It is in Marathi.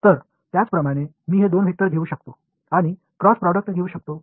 तर त्याचप्रमाणे मी हे दोन वेक्टर घेऊ शकतो आणि क्रॉस प्रॉडक्ट घेऊ शकतो